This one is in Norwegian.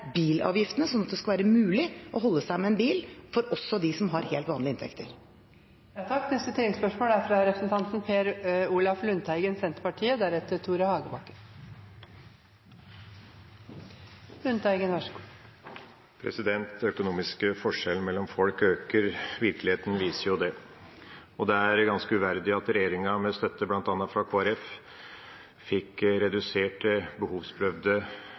bilavgiftene, sånn at det skal være mulig å holde seg med en bil også for dem som har helt vanlige inntekter. Per Olaf Lundteigen – til oppfølgingsspørsmål. Den økonomiske forskjellen mellom folk øker, virkeligheten viser jo det. Det er ganske uverdig at regjeringa, med støtte bl.a. fra Kristelig Folkeparti, fikk redusert det behovsprøvde